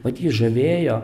vat jį žavėjo